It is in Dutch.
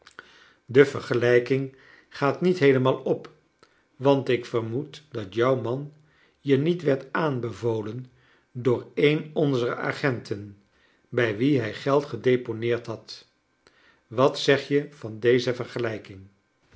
de vergelijking gaat niet heelemaal op want ik vermoed dat jou man je niet werd aanbevolen door een onzer agenten bij wien hij geld gedeponeerd had wat zeg je van deze vergelijking